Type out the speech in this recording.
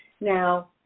Now